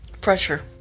pressure